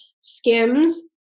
Skims